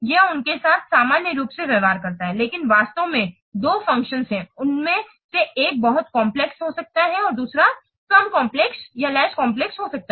यह उनके साथ समान रूप से व्यवहार करता है लेकिन वास्तव में जो दो फ़ंक्शन हैं उनमें से एक बहुत अधिक काम्प्लेक्स हो सकता है दूसरा बहुत कम काम्प्लेक्स हो सकता है